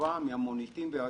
חשובה מהמוניטין והיושרה.